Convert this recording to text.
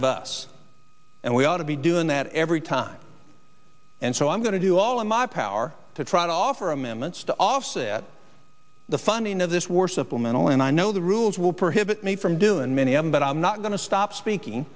of us and we ought to be doing that every time and so i'm going to do all in my power to try to offer amendments to offset the funding of this war supplemental and i know the rules will prevent me from doing many i'm but i'm not going to stop speaking